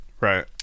Right